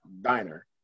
Diner